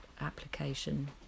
application